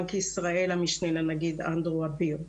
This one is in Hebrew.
ומבנק ישראל המשנה לנגיד אנדרו אביר.